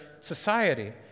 society